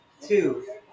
two